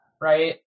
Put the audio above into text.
right